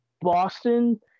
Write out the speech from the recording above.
Boston